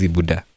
Buddha